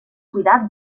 cuidat